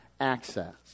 access